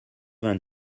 vingt